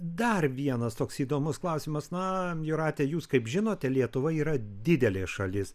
dar vienas toks įdomus klausimas na jūrate jūs kaip žinote lietuva yra didelė šalis